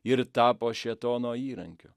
ir tapo šėtono įrankiu